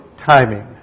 timing